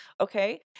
Okay